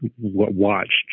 watched